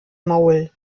maul